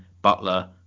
butler